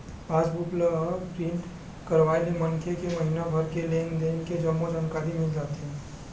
पास book ल print करवाय ले मनखे के महिना भर के लेन देन के जम्मो जानकारी मिल जाथे